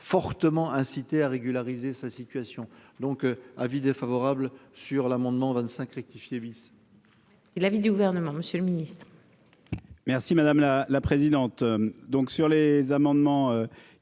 fortement incités à régulariser sa situation, donc avis défavorable sur l'amendement 25 rectifié vice.